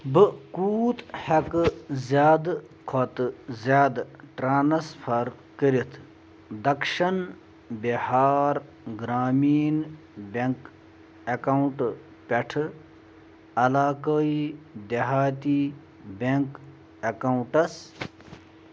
بہٕ کوٗت ہٮ۪کہٕ زِیٛادٕ کھوتہٕ زِیٛادٕ ٹرانسفَر کٔرِتھ دَکشَن بِہار گرٛامیٖن بیٚنٛک اٮ۪کاونٹ پٮ۪ٹھٕ علاقٲیی دِہاتی بیٚنٛک اٮ۪کاوُنٛٹَس